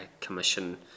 Commission